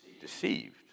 deceived